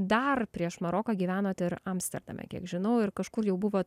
dar prieš maroką gyvenot ir amsterdame kiek žinau ir kažkur jau buvot